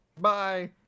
bye